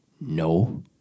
no